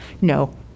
No